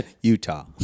Utah